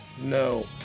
No